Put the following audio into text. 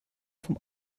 vom